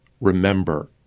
remember